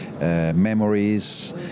memories